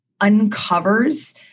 uncovers